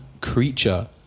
creature